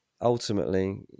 ultimately